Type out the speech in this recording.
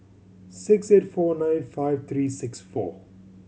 six eight four nine five three six four